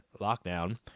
lockdown